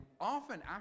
often